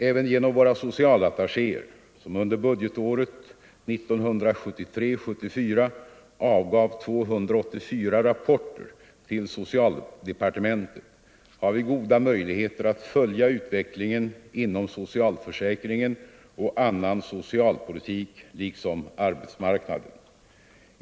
Även genom våra socialattachéer, som under budgetåret 1973/74 avgav 284 rapporter till socialdepartementet, har vi goda möjligheter att följa utvecklingen inom socialförsäkringen och annan socialpolitik liksom arbetsmarknaden.